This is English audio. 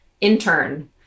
intern